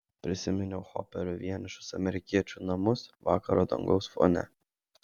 prisiminiau hoperio vienišus amerikiečių namus vakaro dangaus fone